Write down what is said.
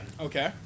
Okay